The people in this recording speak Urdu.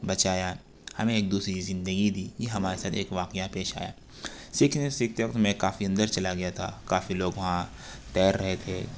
بچایا ہمیں ایک دوسری زندگی دی یہ ہمارے ساتھ ایک واقعہ پیش آیا سیکھتے سیکھتے میں کافی اندر چلا گیا تھا کافی لوگ وہاں تیر رہے تھے